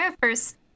first